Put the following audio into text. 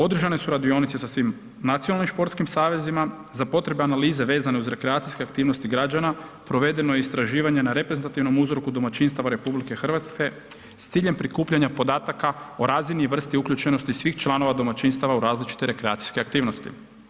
Održane su radionice sa svim nacionalnim športskim savezima, za potrebe analize vezane uz rekreacije aktivnosti građana provedeno je istraživanje na reprezentativnom uzorku domaćinstava RH s ciljem prikupljanja podataka o razini i vrsti uključenosti svih članova domaćinstava u različite rekreacijske aktivnosti.